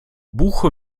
buche